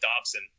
dobson